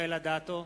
רחל אדטו,